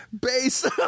Base